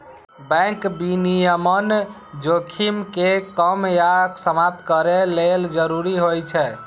bank विनियमन जोखिम कें कम या समाप्त करै लेल जरूरी होइ छै